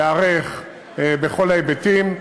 להיערך בכל ההיבטים,